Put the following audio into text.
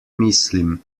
mislim